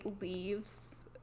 leaves